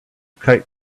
kite